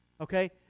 Okay